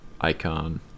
icon